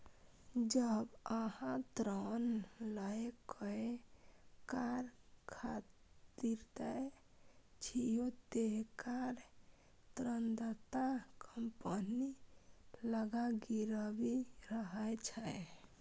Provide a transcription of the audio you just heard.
जब अहां ऋण लए कए कार खरीदै छियै, ते कार ऋणदाता कंपनी लग गिरवी रहै छै